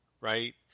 right